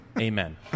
Amen